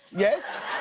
yes?